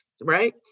right